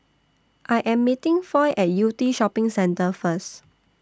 I Am meeting Foy At Yew Tee Shopping Centre First